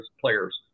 players